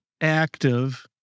active